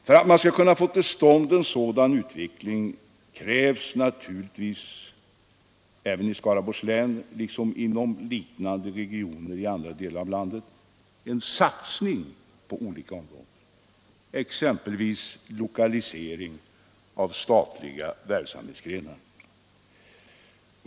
För att man skall kunna få till stånd en sådan utveckling behövs naturligtvis i Skaraborgs län liksom inom liknande regioner i landet en satsning på olika områden, exempelvis lokalisering av statliga verksamhetsgrenar.